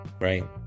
right